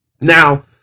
Now